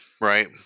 Right